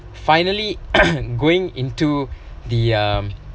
finally going into the um